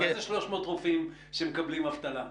מה זה 300 רופאים שמקבלים אבטלה?